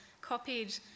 copied